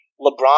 lebron